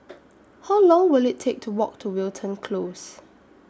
How Long Will IT Take to Walk to Wilton Close